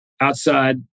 outside